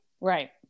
Right